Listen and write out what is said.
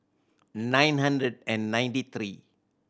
nine hundred and ninety three